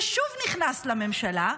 ושוב נכנס לממשלה.